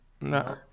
No